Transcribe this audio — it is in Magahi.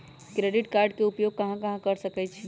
क्रेडिट कार्ड के उपयोग कहां कहां कर सकईछी?